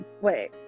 Wait